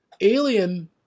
Alien